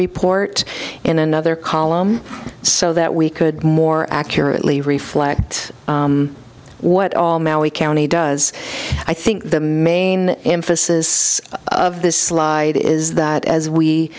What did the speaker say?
report in another column so that we could more accurately reflect what all mally county does i think the main emphasis of this slide is that as we